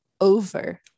over